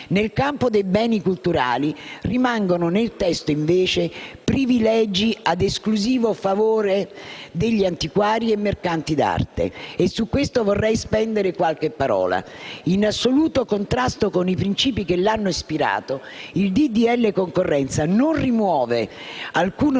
Nel campo dei beni culturali rimangono nel testo, invece, privilegi a esclusivo favore degli antiquari e mercanti d'arte e su questo vorrei spendere qualche parola. In assoluto contrasto con i principi che l'hanno ispirato, il disegno di legge concorrenza non rimuove alcun